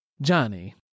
Johnny